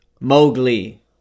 Mowgli